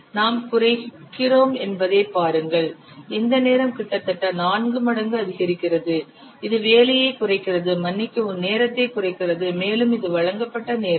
நாம் குறைக்கிறோம் என்பதைப் பாருங்கள் இந்த நேரம் கிட்டத்தட்ட 4 மடங்கு அதிகரிக்கிறது இது வேலையைக் குறைக்கிறது மன்னிக்கவும் நேரத்தைக் குறைக்கிறது மேலும் இது வழங்கப்பட்ட நேரம்